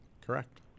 Correct